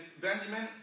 Benjamin